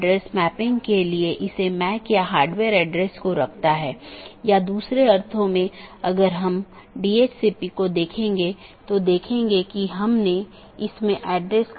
जैसे मैं कहता हूं कि मुझे वीडियो स्ट्रीमिंग का ट्रैफ़िक मिलता है या किसी विशेष प्रकार का ट्रैफ़िक मिलता है तो इसे किसी विशेष पथ के माध्यम से कॉन्फ़िगर या चैनल किया जाना चाहिए